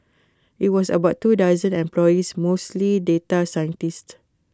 IT was about two dozen employees mostly data scientists